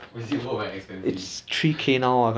or is it worth but expensive